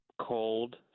cold